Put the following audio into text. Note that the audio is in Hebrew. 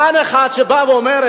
פן אחד שבא ואומר,